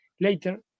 later